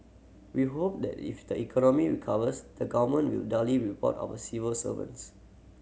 we hope that if the economy recovers the Government will duly reward our civil servants